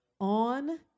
on